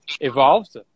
evolved